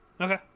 Okay